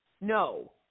no